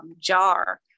jar